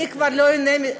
אני כבר לא איהנה מזה,